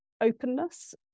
openness